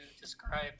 describe